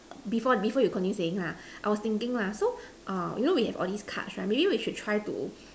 before before you continue saying lah I was thinking lah so err you know we have all these cards right maybe we should try to